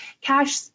cash